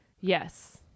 Yes